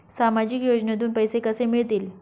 सामाजिक योजनेतून पैसे कसे मिळतील?